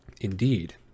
Indeed